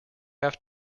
have